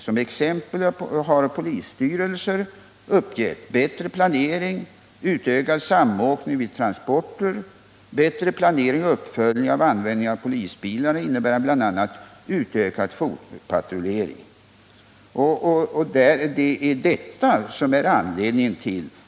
Som exempel har polisstyrelser uppgett: bättre planering, utökad samåkning vid transporter samt bättre planering och uppföljning när det gäller användningen av polisbilarna, vilket bl.a. medför en mer omfattande fotpatrullering.